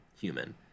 human